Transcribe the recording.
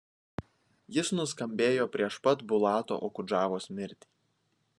jis nuskambėjo prieš pat bulato okudžavos mirtį